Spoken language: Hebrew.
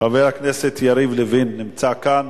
חבר הכנסת יריב לוין נמצא כאן.